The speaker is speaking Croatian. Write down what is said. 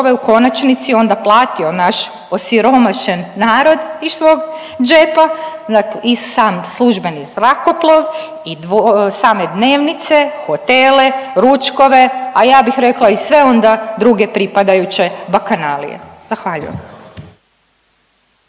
u konačnici onda platio naš osiromašen narod iz svog džepa i sam službeni zrakoplov i same dnevnice, hotele, ručkove, a ja bih rekla i sve onda druge pripadajuće bakanalije. Zahvaljujem.